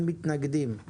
אין מתנגדים ואין נמנעים.